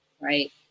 Right